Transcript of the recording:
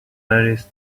iris